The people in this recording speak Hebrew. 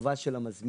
מחובה של המזמין.